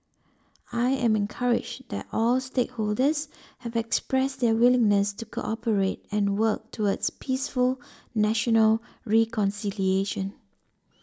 I am encouraged that all stakeholders have expressed their willingness to cooperate and work towards peaceful national reconciliation